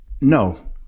No